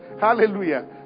Hallelujah